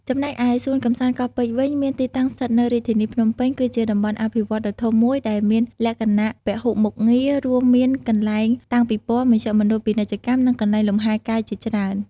ចំណែកឯ សួនកម្សាន្តកោះពេជ្រវិញ មានទីតាំងស្ថិតនៅរាជធានីភ្នំពេញ គឺជាតំបន់អភិវឌ្ឍន៍ដ៏ធំមួយដែលមានលក្ខណៈពហុមុខងារ រួមមានកន្លែងតាំងពិព័រណ៍ មជ្ឈមណ្ឌលពាណិជ្ជកម្ម និងកន្លែងលំហែកាយជាច្រើន។